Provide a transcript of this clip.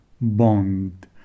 Bond